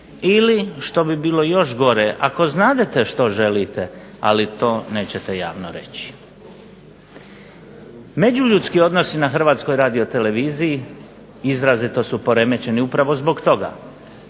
ili što bi bilo još gore, ako znadete što želite, ali to nećete javno reći. Međuljudski odnosi na Hrvatskoj radioteleviziji izrazito su poremećeni upravo zbog toga